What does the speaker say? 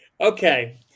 okay